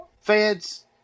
feds